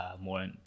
more